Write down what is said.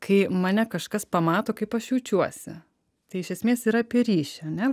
kai mane kažkas pamato kaip aš jaučiuosi tai iš esmės yra apie ryšį ane